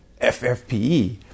FFPE